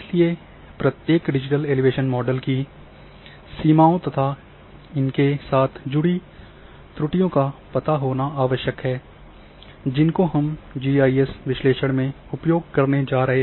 इसलिए प्रत्येक digital elevation model की सीमाओं तथा इनके के साथ जुड़ी त्रुटियों का पता होना आवश्यक है जिनको हम जीआईएस विश्लेषण में उपयोग करने जा रहे हैं